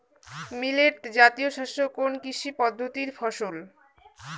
Millet জাতীয় শস্য কোন কৃষি পদ্ধতির ফসল?